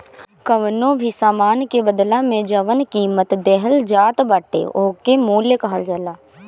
कवनो भी सामान के बदला में जवन कीमत देहल जात बाटे ओके मूल्य कहल जाला